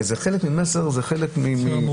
זה חלק ממסר, חלק מהסברה.